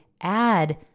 add